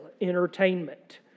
entertainment